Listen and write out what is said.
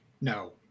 No